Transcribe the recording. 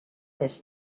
this